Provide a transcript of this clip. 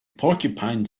porcupine